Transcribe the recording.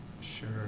Sure